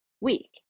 week